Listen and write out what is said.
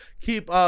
keep